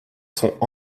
sons